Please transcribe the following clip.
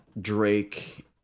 Drake